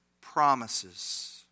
promises